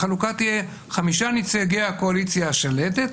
החלוקה תהיה חמישה נציגי הקואליציה השלטת,